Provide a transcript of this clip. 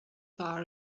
bar